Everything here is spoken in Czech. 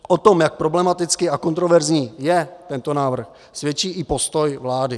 O tom, jak problematický a kontroverzní je tento návrh, svědčí i postoj vlády.